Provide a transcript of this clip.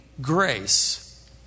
grace